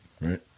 Right